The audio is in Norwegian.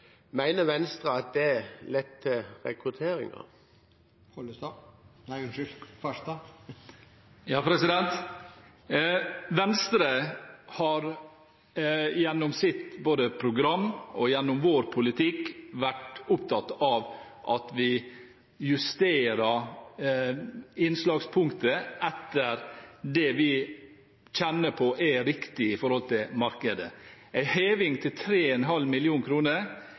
Venstre at det letter rekrutteringen? Venstre har gjennom både sitt program og sin politikk vært opptatt av å justere innslagspunktet etter det vi kjenner på er riktig i markedet. En heving til 3,5